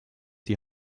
die